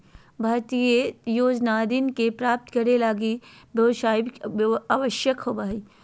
भारतीय योजना ऋण के प्राप्तं करे लगी संपार्श्विक आवश्यक होबो हइ